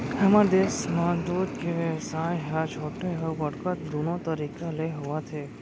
हमर देस म दूद के बेवसाय ह छोटे अउ बड़का दुनो तरीका ले होवत हे